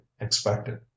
expected